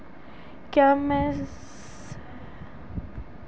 क्या मैं सरकार के सामाजिक कल्याण और स्वास्थ्य योजना के लिए पात्र हूं?